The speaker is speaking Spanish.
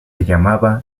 llamaba